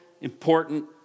important